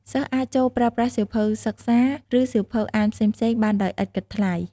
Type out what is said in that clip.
សិស្សអាចចូលប្រើប្រាស់សៀវភៅសិក្សា ឬសៀវភៅអានផ្សេងៗបានដោយឥតគិតថ្លៃ។